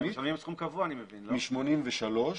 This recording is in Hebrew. תקנות מ83',